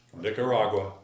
nicaragua